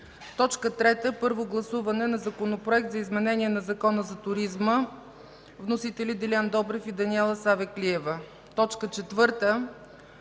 3. Първо гласуване на Законопроекта за изменение на Закона за туризма. Вносители: Делян Добрев и Даниела Савеклиева. 4.